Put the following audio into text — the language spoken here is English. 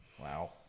Wow